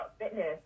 fitness